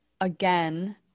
again